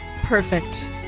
Perfect